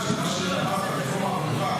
אנחנו לא מבינים,